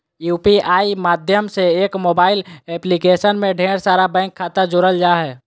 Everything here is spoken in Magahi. यू.पी.आई माध्यम से एक मोबाइल एप्लीकेशन में ढेर सारा बैंक खाता जोड़ल जा हय